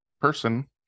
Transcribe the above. person